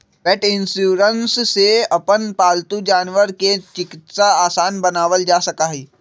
पेट insurance से अपन पालतू जानवर के चिकित्सा आसान बनावल जा सका हई